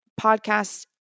podcast